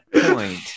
point